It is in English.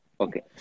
Okay